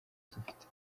dufite